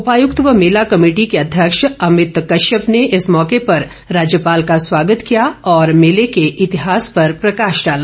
उपायुक्त व मेला कमेटी के अध्यक्ष अभित कश्यप ने इस मौके पर राज्यपाल का स्वागत किया और मेले के इतिहास पर प्रकाश डाला